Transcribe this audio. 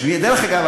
דרך אגב,